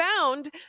found